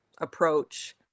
approach